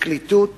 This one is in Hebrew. הפרקליטות